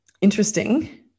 Interesting